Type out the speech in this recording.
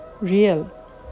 real